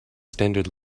standard